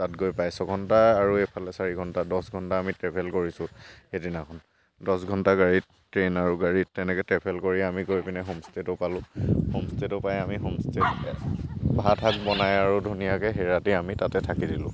তাত গৈ পায় ছঘণ্টা আৰু ইফালে চাৰি ঘণ্টা দহ ঘণ্টা আমি ট্ৰেভেল কৰিছোঁ সেইদিনাখন দছ ঘণ্টা গাড়ীত ট্ৰেইন আৰু গাড়ীত তেনেকৈ ট্ৰেভেল কৰি আমি গৈ পিনে হোমষ্টেটো পালোঁ হোমষ্টেটো পাই আমি হোমষ্টেত ভাত শাক বনাই আৰু ধুনীয়াকৈ সেই ৰাতি আমি তাতে থাকি দিলোঁ